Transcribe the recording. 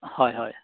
হয় হয়